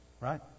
Right